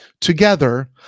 Together